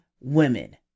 women